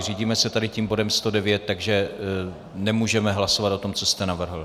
Řídíme se tady tím bodem 109, takže nemůžeme hlasovat o tom, co jste navrhl.